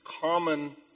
common